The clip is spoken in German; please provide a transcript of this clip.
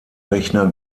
rechner